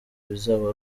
bizaba